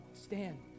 stand